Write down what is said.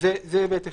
זה היבט אחד.